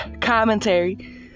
commentary